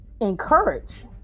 encourage